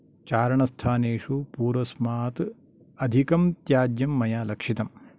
चारणस्थानेषु पूर्वस्मात् अधिकं त्याज्यं मया लक्षितं